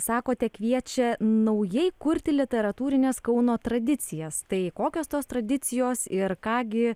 sakote kviečia naujai kurti literatūrines kauno tradicijas tai kokios tos tradicijos ir ką gi